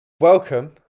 Welcome